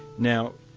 now,